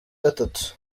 gatatu